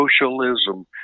socialism